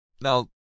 Now